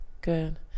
Good